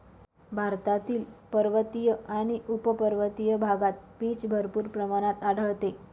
भारतातील पर्वतीय आणि उपपर्वतीय भागात पीच भरपूर प्रमाणात आढळते